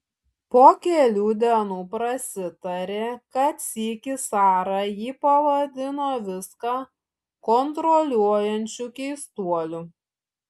po kelių dienų prasitarė kad sykį sara jį pavadino viską kontroliuojančiu keistuoliu